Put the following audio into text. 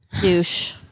douche